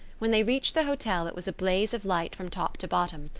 when they reached the hotel it was a blaze of light from top to bottom.